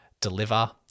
deliver